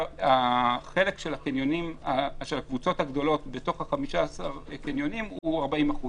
החלק של הקבוצות הגדולות בתוך 15 הקניונים הוא 40%